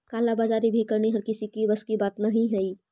काला बाजारी करनी भी हर किसी के बस की बात न हई